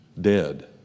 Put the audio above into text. dead